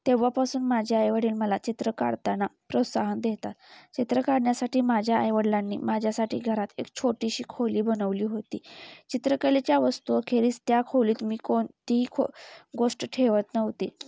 तेव्हापासून माझे आईवडील मला चित्र काढताना प्रोत्साहन देतात चित्र काढण्यासाठी माझ्या आई वडलांनी माझ्यासाठी घरात एक छोटीशी खोली बनवली होती चित्रकलेच्या वस्तूअखेरीस त्या खोलीत मी कोणती खो गोष्ट ठेवत नव्हते